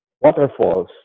waterfalls